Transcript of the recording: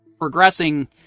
progressing